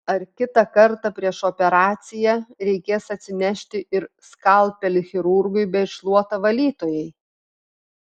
ar kitą kartą prieš operaciją reikės atsinešti ir skalpelį chirurgui bei šluotą valytojai